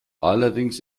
allerdings